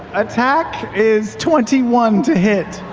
attack is twenty one to hit.